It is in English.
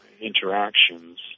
interactions